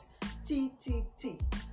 TTT